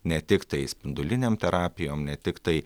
ne tiktai spindulinėm terapijom ne tiktai